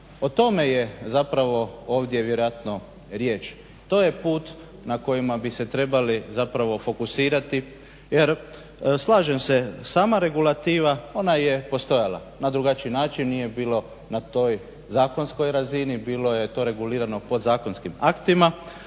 O tome je zapravo ovdje vjerojatno riječ, to je put na kojima bi se trebali zapravo fokusirati jer slažem se, sama regulativa ona je postojala na drugačiji način, nije bilo na toj zakonskoj razini, bilo je to regulirano podzakonskim aktima